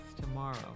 tomorrow